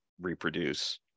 reproduce